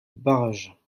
barrages